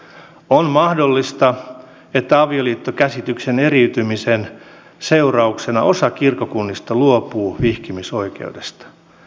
on mahdollista että avioliittokäsityksen eriytymisen seurauksena osa kirkkokunnista luopuu vihkimisoikeudesta